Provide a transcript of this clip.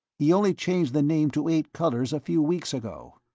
he only changed the name to eight colors a few weeks ago.